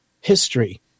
history